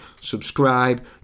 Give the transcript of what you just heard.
subscribe